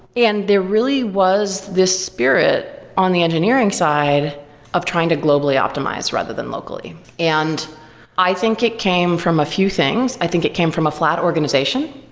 and there really was this spirit on the engineering side of trying to globally optimize, rather than locally. and i think it came from a few things. i think it came from a flat organization.